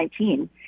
2019